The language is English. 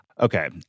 Okay